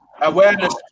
awareness